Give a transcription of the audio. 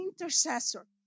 intercessor